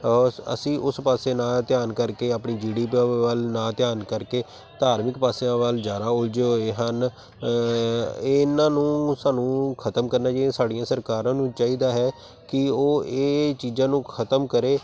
ਅਸੀਂ ਉਸ ਪਾਸੇ ਨਾ ਧਿਆਨ ਕਰਕੇ ਆਪਣੀ ਜੀ ਡੀ ਪ ਵੱਲ ਨਾ ਧਿਆਨ ਕਰਕੇ ਧਾਰਮਿਕ ਪਾਸਿਆਂ ਵੱਲ ਜ਼ਿਆਦਾ ਉਲਝੇ ਹੋਏ ਹਨ ਇਹਨਾਂ ਨੂੰ ਸਾਨੂੰ ਖਤਮ ਕਰਨਾ ਚਾਹੀਦਾ ਸਾਡੀਆਂ ਸਰਕਾਰਾਂ ਨੂੰ ਚਾਹੀਦਾ ਹੈ ਕਿ ਉਹ ਇਹ ਚੀਜ਼ਾਂ ਨੂੰ ਖਤਮ ਕਰੇ